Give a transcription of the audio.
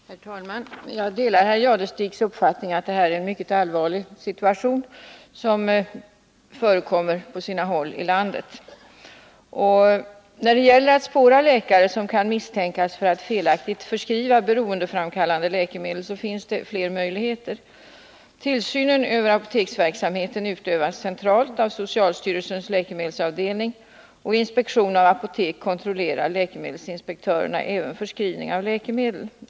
Herr talman! Jag delar herr Jadestigs uppfattning att det är en mycket allvarlig situation som råder på sina håll i landet. När det gäller att spåra läkare som kan misstänkas för att felaktigt förskriva beroendeframkallande läkemedel finns det flera möjligheter. Tillsynen över apoteksverksamheten utövas centralt av socialstyrelsens läkemedelsavdelning. Vid inspektion av apotek kontrollerar läkemedelsinspektörerna även förskrivningen av läkemedel.